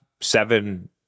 seven